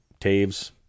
Taves